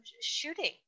shooting